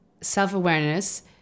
self-awareness